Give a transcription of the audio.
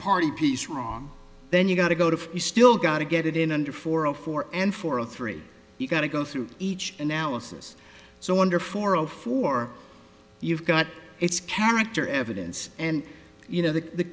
party piece wrong then you got to go to you still gotta get it in under four hundred four and for a three you got to go through each analysis so under four of four you've got it's character evidence and you know the